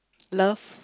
love